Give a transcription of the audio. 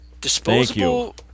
Disposable